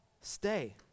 stay